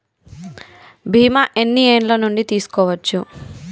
బీమా ఎన్ని ఏండ్ల నుండి తీసుకోవచ్చు?